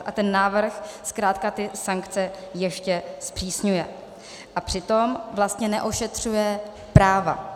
A ten návrh zkrátka ty sankce ještě zpřísňuje, a přitom vlastně neošetřuje práva.